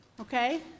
Okay